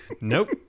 nope